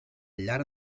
llarg